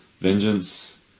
vengeance